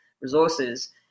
resources